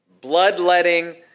bloodletting